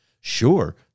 Sure